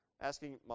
asking